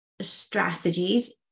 strategies